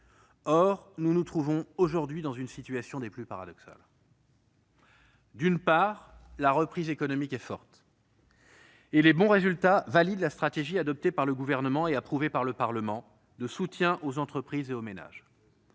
Or nous nous trouvons aujourd'hui dans une conjoncture des plus paradoxales. D'une part, la reprise économique est forte. Les bons résultats valident la stratégie, adoptée par le Gouvernement et approuvée par le Parlement, de soutien aux entreprises et aux ménages.